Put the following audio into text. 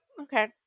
Okay